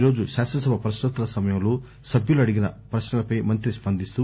ఈరోజు శాసనసభ పక్నోత్తరాల సమయంలో సభ్యులు అడిగిన ప్రపశ్నలపై మంతి స్పందిస్తూ